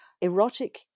erotic